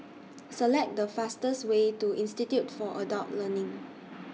Select The fastest Way to Institute For Adult Learning